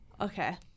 Okay